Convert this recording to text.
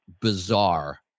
bizarre